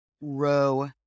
row